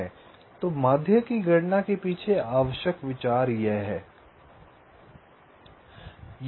तो माध्य की गणना के पीछे आवश्यक विचार यह है